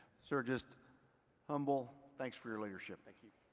sir just humble. thanks for your leadership. thank you.